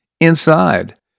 inside